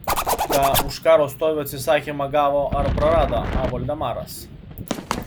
ką už karo stovio atsisakymą gavo ar prarado a voldemaras